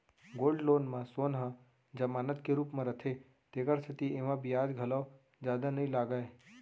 gold loan म सोन ह जमानत के रूप म रथे तेकर सेती एमा बियाज घलौ जादा नइ लागय